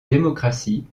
démocratie